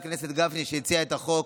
חבר הכנסת גפני, שהציע את החוק,